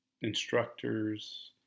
instructors